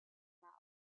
miles